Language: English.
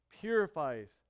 purifies